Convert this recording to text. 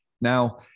Now